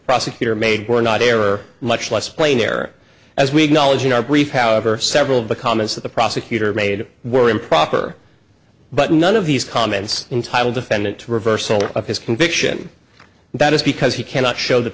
prosecutor made were not error much less plain there as we'd knowledge in our brief however several but comments that the prosecutor made were improper but none of these comments entitle defendant to reversal of his conviction that is because he cannot show that